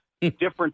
different